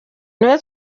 niwe